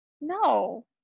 No